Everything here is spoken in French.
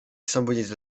symbolise